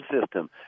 system